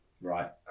Right